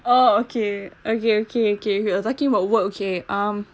oh okay okay okay okay you are talking about work okay um